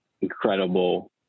incredible